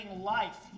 life